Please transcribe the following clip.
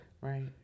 right